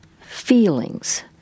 feelings